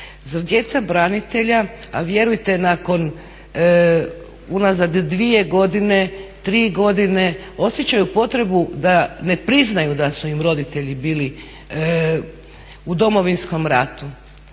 djeca branitelja, a vjerujte nakon unazad dvije godine, tri godine osjećaju potrebu da ne priznaju da su im roditelji bili u Domovinskom ratu.